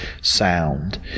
sound